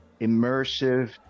immersive